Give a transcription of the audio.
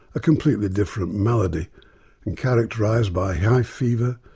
a completely different malady and characterised by high fever,